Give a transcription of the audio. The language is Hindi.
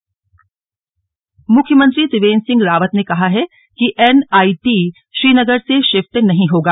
एनआईटी श्रीनगर मुख्यमंत्री त्रिवेंद्र सिंह रावत ने कहा है कि एनआईटी श्रीनगर से शिफ्ट नहीं होगा